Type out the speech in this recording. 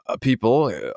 people